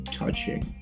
touching